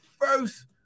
first